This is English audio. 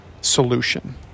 solution